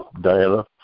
Diana